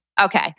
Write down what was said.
Okay